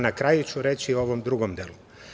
Na kraju ću reći o ovom drugom delu.